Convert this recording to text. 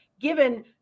Given